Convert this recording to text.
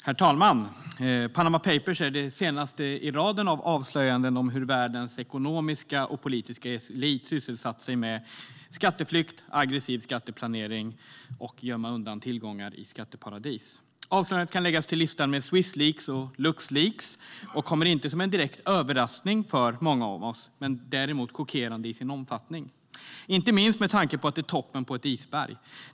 Aktuell debatt om internationell skatte-flykt och svenska bankers agerande Herr talman! Panama Papers är det senaste i raden av avslöjanden av hur världens ekonomiska och politiska elit sysselsatt sig med skatteflykt och aggressiv skatteplanering och att gömma undan tillgångar i skatteparadis. Avslöjandet kan läggas till listan med Swissleaks och Luxleaks och kommer inte som någon direkt överraskning för många av oss. Däremot är det chockerande i sin omfattning, inte minst med tanke på att det är toppen på ett isberg.